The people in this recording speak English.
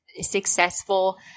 successful